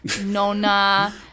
Nona